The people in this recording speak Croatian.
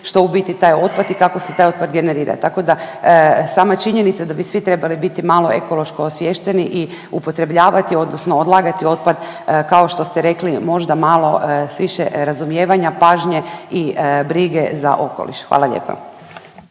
što je u biti taj otpad i kako se taj otpad generira. Tako da sama činjenica da bi svi trebali biti malo ekološki osviješteni i upotrebljavati odnosno odlagati otpad kao što ste rekli možda malo s više razumijevanja, pažnje i brige za okoliš. Hvala lijepo.